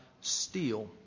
steal